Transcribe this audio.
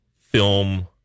film